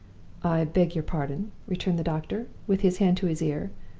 beg your pardon, returned the doctor, with his hand to his ear.